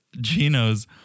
Gino's